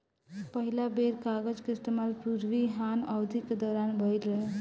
पहिला बेर कागज के इस्तेमाल पूर्वी हान अवधि के दौरान भईल रहे